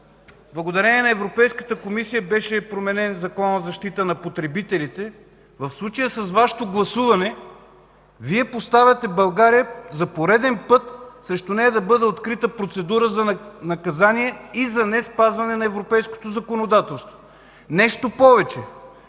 благодарение на Европейската комисия беше променен Закона за защита на потребителите. В случая с Вашето гласуване Вие поставяте България за пореден път срещу нея да бъде открита процедура за наказание и за неспазване на европейското законодателство. Нещо повече,